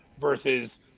versus –